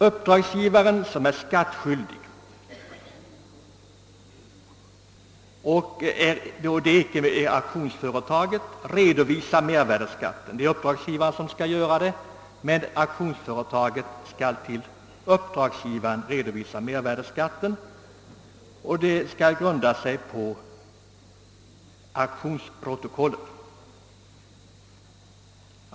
Uppdragsgivare är skattskyldig — icke auktionsföretaget — och redovisar mervärdeskatten till uppbördsmyndigheten. Det är alltså uppdragsgivaren som skall göra det, men auktionsföretaget skall till uppdragsgivaren redovisa mervärdeskatten, som skall grunda sig på auktionsprotokollet.